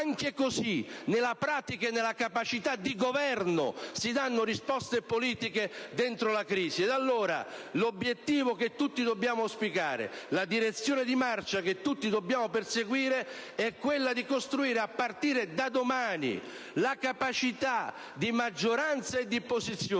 Anche così, nella pratica e nella capacità di governo, si danno risposte politiche all'interno della crisi. L'obiettivo che allora tutti dobbiamo auspicare, la direzione di marcia che tutti dobbiamo perseguire è quella di costruire, a partire da domani, la capacità di maggioranza e di opposizione